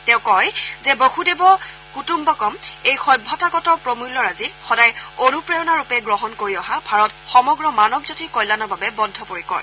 তেওঁ কয় যে বসুধৈৱ কুটুম্বকম এই সভ্যতাগত প্ৰমূল্যৰাজিক সদায় অনুপ্ৰেৰণাৰূপে গ্ৰহণ কৰি অহা ভাৰত সমগ্ৰ মানৱ জাতিৰ কল্যাণৰ বাবে বদ্ধ পৰিকৰ